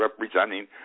representing